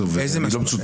עזוב, אני לא מצוטט.